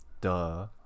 duh